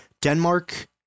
Denmark